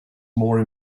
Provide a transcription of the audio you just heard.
more